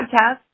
podcast